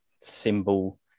symbol